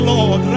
Lord